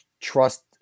trust